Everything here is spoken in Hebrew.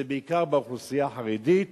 זה בעיקר באוכלוסייה החרדית